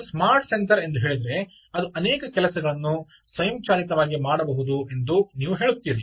ನೀವು smart sensor ಎಂದು ಹೇಳಿದರೆ ಅದು ಅನೇಕ ಕೆಲಸಗಳನ್ನು ಸ್ವಯಂಚಾಲಿತವಾಗಿ ಮಾಡಬಹುದು ಎಂದು ನೀವು ಹೇಳುತ್ತೀರಿ